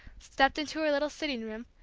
stepped into her little sitting room,